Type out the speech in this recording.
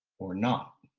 or not.